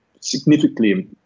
significantly